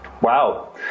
Wow